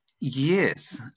yes